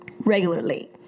regularly